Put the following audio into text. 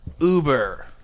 Uber